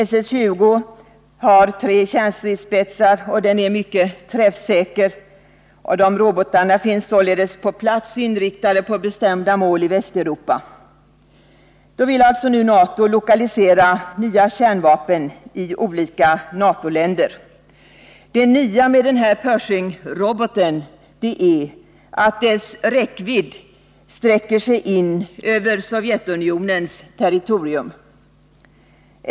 SS-20 har tre kärnstridsspetsar och är mycket träffsäker. Dessa robotar finns således på plats inriktade på bestämda mål i Västeuropa. Nu vill alltså NATO lokalisera nya kärnvapen i olika NATO-länder. Det nya med denna Pershingrobot är att dess räckvidd sträcker sig in över Sovjetunionens territorium.